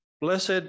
blessed